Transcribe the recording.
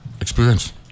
experience